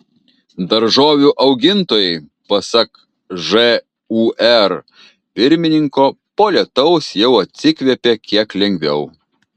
daržovių augintojai pasak žūr pirmininko po lietaus jau atsikvėpė kiek lengviau